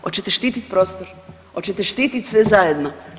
Hoćete štiti prostor, hoćete štiti sve zajedno?